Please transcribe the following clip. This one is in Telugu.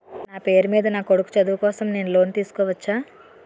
నా పేరు మీద నా కొడుకు చదువు కోసం నేను లోన్ తీసుకోవచ్చా?